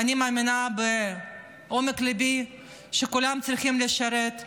אני מאמינה מעומק ליבי שכולם צריכים לשרת,